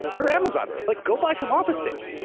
you're amazon, like go buy some office space.